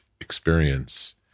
experience